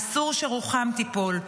אסור שרוחם תיפול.